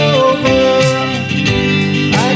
over